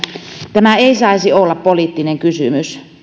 tämä ei saisi olla poliittinen kysymys